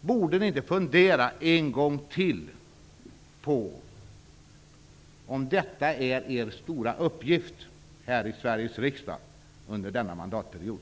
Borde ni inte fundera en gång till på om detta är er stora uppgift här i Sveriges riksdag under denna mandatperiod?